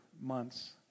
months